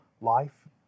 life